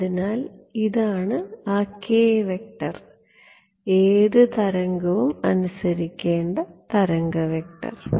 അതിനാൽ ഇതാണ് ആ k വെക്റ്റർ ഏത് തരംഗവും അനുസരിക്കേണ്ട തരംഗ വെക്റ്റർ